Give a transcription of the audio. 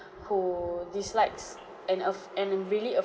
who dislikes and af~ and really afraid